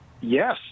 Yes